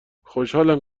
خوشحالم